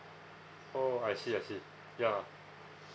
oh I see I see ya